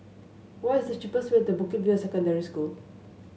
what is the cheapest way to Bukit View Secondary School